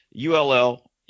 ULL